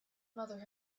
mother